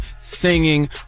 Singing